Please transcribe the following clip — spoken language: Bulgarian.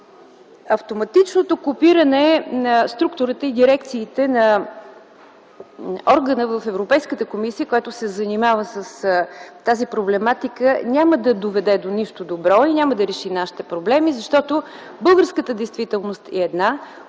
Автоматичното копиране на структурите и дирекциите на органа в Европейската комисия, който се занимава с тази проблематика, няма да доведе до нищо добро и няма да реши нашите проблеми. Българската действителност е една,